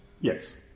Yes